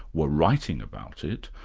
were writing about it.